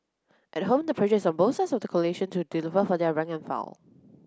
at home the pressure is on both sides of the coalition to deliver for their rank and file